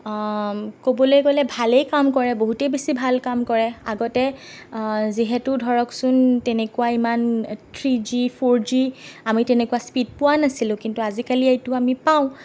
ক'বলৈ গ'লে ভালেই কাম কৰে বহুতেই বেছি ভাল কাম কৰে আগতে যিহেতু ধৰকচোন তেনেকুৱা ইমান থ্ৰী জি ফ'ৰ জি আমি তেনেকুৱা স্পিড পোৱা নাছিলোঁ কিন্তু আজিকালি এইটো আমি পাওঁ